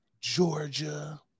Georgia